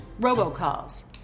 robocalls